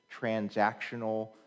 transactional